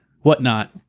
whatnot